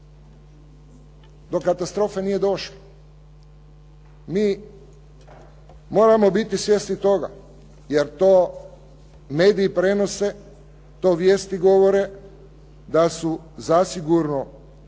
do katastrofe nije došlo. Mi moramo biti svjesni toga jer to mediji prenose, to vijesti govore da su zasigurno